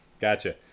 Gotcha